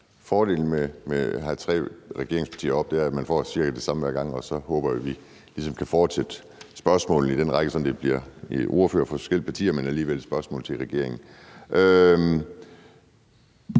Fordelen ved at have tre regeringspartier deroppe er, at man får cirka det samme hver gang, og så håber jeg, vi ligesom kan fortsætte spørgsmålene i den række, så det bliver ordførere fra forskellige partier, men alligevel spørgsmål til regeringen.